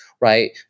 right